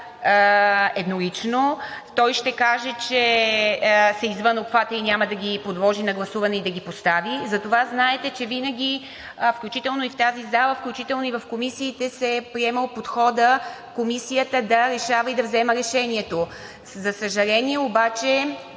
еднолично? Той ще каже, че са извън обхвата, и няма да ги подложи на гласуване и да ги постави. За това знаете, че винаги, включително и в тази зала, включително и в комисиите се е приемал подходът Комисията да решава и да взема решението. За съжаление обаче,